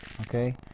Okay